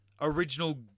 original